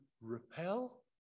repel